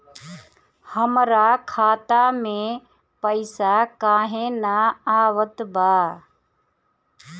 हमरा खाता में पइसा काहे ना आवत बा?